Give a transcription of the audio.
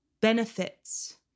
benefits